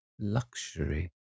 luxury